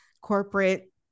corporate